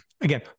Again